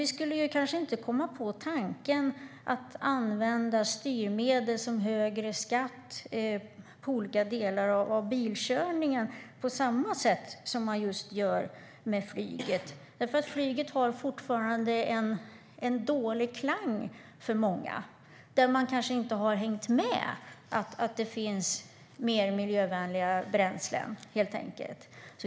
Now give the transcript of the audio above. Vi skulle nog inte komma på tanken att använda styrmedel såsom högre skatt på olika delar av bilkörningen, alltså på samma sätt som man gör med flyget. Flyget har fortfarande en dålig klang för många; de har kanske inte hängt med i att det i dag finns mer miljövänliga bränslen.